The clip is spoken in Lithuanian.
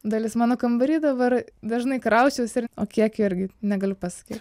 dalis mano kambary dabar dažnai krausčiausi ir o kiek jų irgi negaliu pasakyt